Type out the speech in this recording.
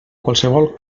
qualsevol